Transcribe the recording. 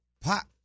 Pop